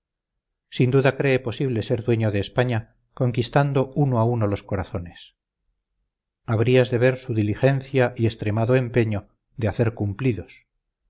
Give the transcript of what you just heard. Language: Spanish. sin duda cree posible ser dueño de españa conquistando uno a uno los corazones habrías de ver su diligencia y extremado empeño de hacer cumplidos